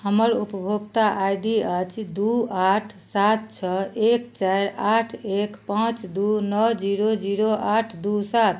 हमर उपभोक्ता I D अछि दू आठ सात छओ एक चाइर आठ एक पाँच दू नओ जीरो जीरो जीरो आठ दू सात